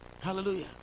Hallelujah